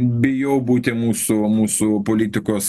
bijau būti mūsų mūsų politikos